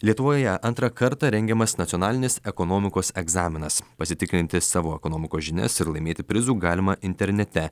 lietuvoje antrą kartą rengiamas nacionalinis ekonomikos egzaminas pasitikrinti savo ekonomikos žinias ir laimėti prizų galima internete